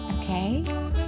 Okay